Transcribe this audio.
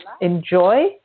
enjoy